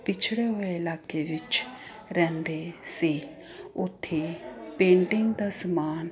ਪਿਛੜੇ ਹੋਏ ਇਲਾਕੇ ਵਿੱਚ ਰਹਿੰਦੇ ਸੀ ਉੱਥੇ ਪੇਂਟਿੰਗ ਦਾ ਸਮਾਨ